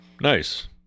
Nice